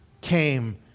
came